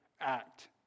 act